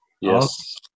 Yes